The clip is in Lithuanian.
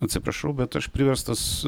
atsiprašau bet aš priverstas